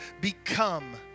become